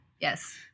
Yes